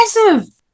impressive